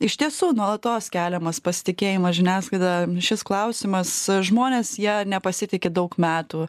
iš tiesų nuolatos keliamas pasitikėjimas žiniasklaida šis klausimas žmonės ja nepasitiki daug metų